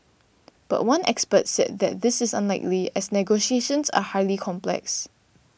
but one expert said that this is unlikely as negotiations are highly complex